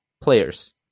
players